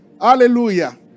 Hallelujah